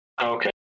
Okay